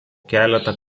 keletą